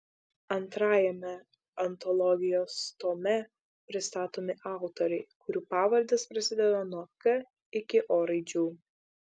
antrajame antologijos tome pristatomi autoriai kurių pavardės prasideda nuo k iki o raidžių